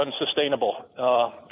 unsustainable